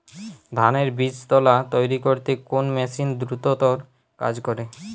ধানের বীজতলা তৈরি করতে কোন মেশিন দ্রুততর কাজ করে?